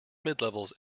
midlevels